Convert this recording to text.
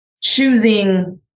choosing